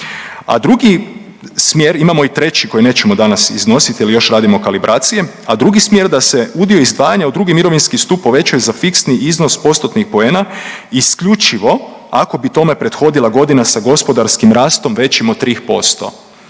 A drugi smjer, imamo i treći koji nećemo danas iznosit jer još radimo kalibracije, a drugi smjer da se udio izdvajanja u drugi mirovinski stup poveća za fiksni iznos postotnih poena isključivo ako bi tome prethodila godina sa gospodarskim rastom većim od 3%